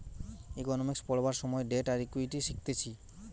economics পড়বার সময় debt আর ইকুইটি শিখতিছে